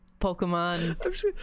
Pokemon